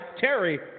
Terry